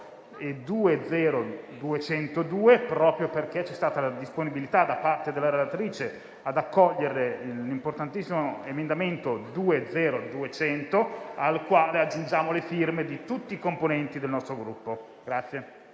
2.0.202, proprio perché c'è stata la disponibilità da parte della relatrice ad accogliere l'importantissimo emendamento 2.0.200, al quale aggiungiamo le firme di tutti i componenti del nostro Gruppo.